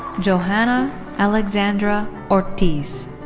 johanna alexandra ortiz.